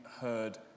heard